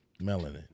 Melanin